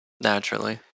Naturally